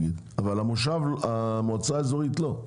אבל המועצה לא,